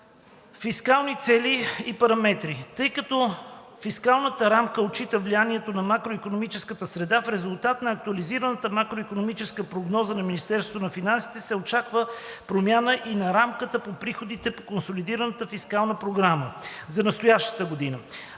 Фискални цели и параметри Тъй като фискалната рамка отчита влиянието на макроикономическата среда, в резултат на актуализираната макроикономическа прогноза на Министерството на финансите се очаква промяна и на рамката по приходите по Консолидираната фискална програма (КФП) за настоящата година.